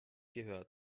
gehört